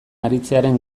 aritzearen